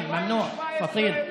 (אומר בערבית: מספיק פטין.